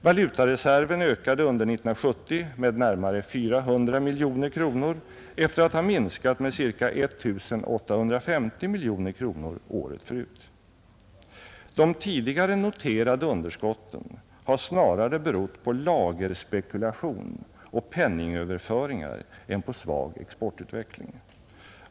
Valutareserven ökade under 1970 med närmare 400 miljoner kronor efter att ha minskat med ca 1 850 miljoner kronor året förut. De tidigare noterade underskotten har snarare berott på lagerspekulation och penningöverföringar än på svag exportutveckling.